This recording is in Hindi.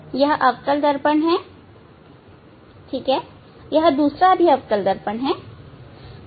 यह अवतल दर्पण है यह दूसरा भी अवतल दर्पण है